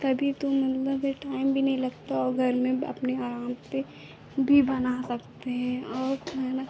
तभी तो मतलब ए टाइम भी नहीं लगता और घर में अपने आराम पर भी बना सकते हैं और खाना